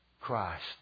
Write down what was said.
Christ